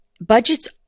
budgets